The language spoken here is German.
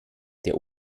der